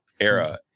era